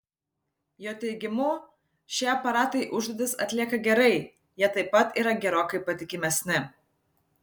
jo teigimu šie aparatai užduotis atlieka gerai jie taip pat yra gerokai patikimesni